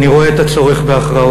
אני רואה את הצורך בהכרעות.